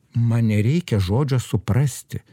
man nereikia žodžio suprasti